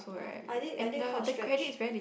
I did I did hot stretch